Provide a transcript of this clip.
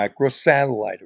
microsatellite